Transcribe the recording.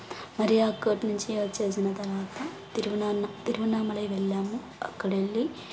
మరి అక్కడ్నుంచి వచ్చేసిన తర్వాత తిరువనామ తిరువనామలై వెళ్ళాము అక్కడెళ్లి